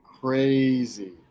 crazy